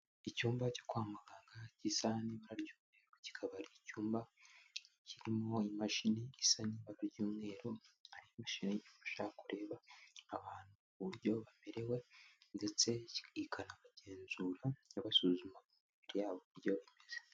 Icyumba cyo kwa muganga gisa n'ibara ry'umweru, kikaba ari icyumba kirimo imashini isa n'ibira ry'umweru. aheshi ifasha kureba abantu ku buryo bamerewe ndetse ikanabagenzura iabasuzuma imibiri yabo uburyo imeze.